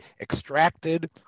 extracted